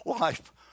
life